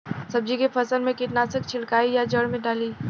सब्जी के फसल मे कीटनाशक छिड़काई या जड़ मे डाली?